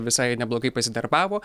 visai neblogai pasidarbavo